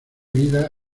vida